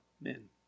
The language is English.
men